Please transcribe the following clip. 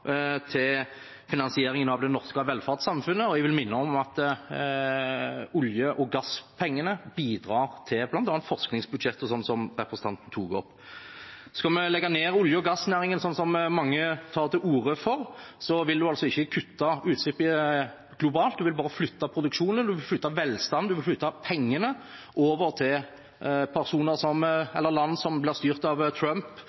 til finansieringen av det norske velferdssamfunnet. Jeg vil minne om at olje- og gasspengene bidrar til bl.a. forskningsbudsjettet, sånn som representanten tok opp. Skal vi legge ned olje- og gassnæringen, sånn som mange tar til orde for, vil man altså ikke kutte utslipp globalt, man vil bare flytte produksjonen, man vil flytte velstanden, man vil flytte pengene over til land som blir styrt av Trump,